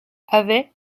avait